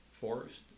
forest